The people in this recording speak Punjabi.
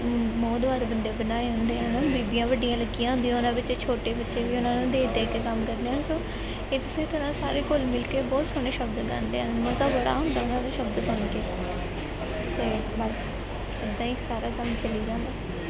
ਮ ਮੋਦਵਰ ਬੰਦੇ ਬਣਾਏ ਹੁੰਦੇ ਹਨ ਬੀਬੀਆਂ ਵੱਡੀਆਂ ਲੱਗੀਆਂ ਹੁੰਦੀਆਂ ਉਹਨਾਂ ਵਿੱਚ ਛੋਟੇ ਬੱਚੇ ਵੀ ਉਹਨਾਂ ਨੂੰ ਦੇਖ ਦੇਖ ਕੇ ਕੰਮ ਕਰਦੇ ਹਨ ਸੋ ਇਸੇ ਤਰ੍ਹਾਂ ਸਾਰੇ ਘੁਲ ਮਿਲ ਕੇ ਬਹੁਤ ਸੋਹਣੇ ਸ਼ਬਦ ਗਾਉਂਦੇ ਹਨ ਮਜ਼ਾ ਬੜਾ ਆਉਂਦਾ ਹੈ ਉਹਦੇ ਸ਼ਬਦ ਸੁਣ ਕੇ ਅਤੇ ਬਸ ਇੱਦਾਂ ਹੀ ਸਾਰਾ ਕੰਮ ਚੱਲੀ ਜਾਂਦਾ